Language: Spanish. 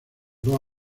dos